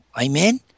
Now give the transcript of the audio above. Amen